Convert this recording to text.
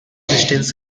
resistance